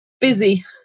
busy